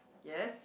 yes